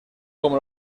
como